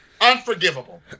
Unforgivable